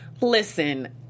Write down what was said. Listen